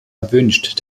erwünscht